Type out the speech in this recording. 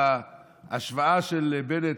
ההשוואה של בנט,